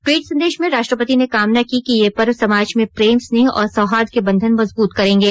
tweet संदेश में राष्ट्रपति ने कामना की कि ये पर्व समाज में प्रेम स्नेह और सौहाई के बंधन मजबूत करेंगे